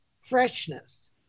freshness